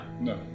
No